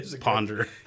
ponder